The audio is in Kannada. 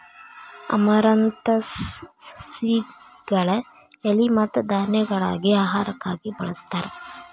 ಅಮರಂತಸ್ ಸಸಿಗಳ ಎಲಿ ಮತ್ತ ಧಾನ್ಯಗಳಾಗಿ ಆಹಾರಕ್ಕಾಗಿ ಬಳಸ್ತಾರ